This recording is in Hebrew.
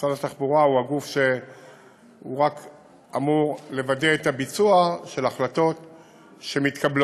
משרד התחבורה רק אמור לוודא את הביצוע של ההחלטות שמתקבלות,